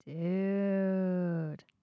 Dude